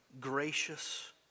gracious